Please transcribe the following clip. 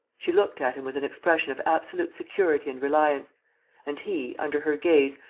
she looked at him with an expression of absolute security and reliance and he, under her gaze,